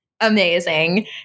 amazing